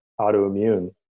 autoimmune